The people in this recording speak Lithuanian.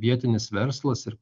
vietinis verslas ir